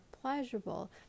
pleasurable